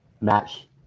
match